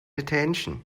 attention